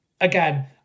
Again